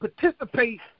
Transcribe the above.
participate